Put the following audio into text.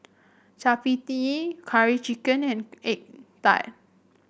chappati Curry Chicken and egg tart